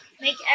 make